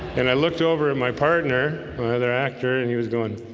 and i looked over at my partner another actor and he was going